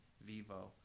Vivo